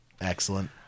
excellent